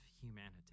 humanity